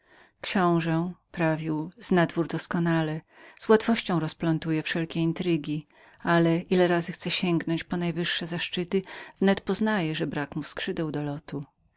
zazdrość książe prawił zna dwór doskonale z łatwością rozplątuje wszelkie intrygi ale ile razy chce sięgnąć po najwyższe zaszczyty wnet poznaje że brak mu skrzydeł do lotu